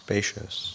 Spacious